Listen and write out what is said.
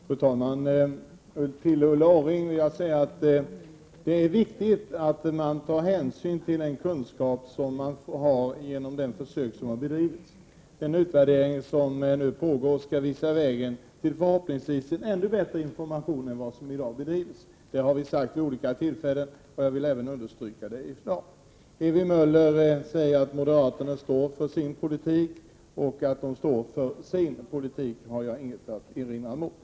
Fru talman! Till Ulla Orring vill jag säga att det är viktigt att man tar hänsyn till den kunskap som har byggts upp genom försök som har bedrivits. Den utvärdering som nu pågår skall visa vägen till en förhoppningsvis ännu bättre information än den som i dag bedrivs. Det har vi sagt vid tidigare tillfällen, och jag vill understryka det även i dag. Ewy Möller säger att moderaterna står för sin politik, och att de gör det har jag ingenting att erinra mot.